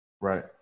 Right